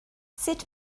sut